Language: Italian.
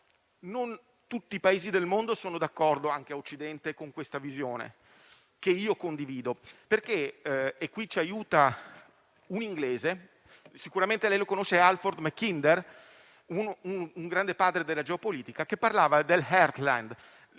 non tutti i Paesi del mondo sono d'accordo, anche a Occidente, con questa visione, che io condivido. Qui ci aiuta un inglese che sicuramente lei conosce: è Halford Mackinder, grande padre della geopolitica, che parlava di *Heartland*,